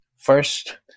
First